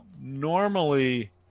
normally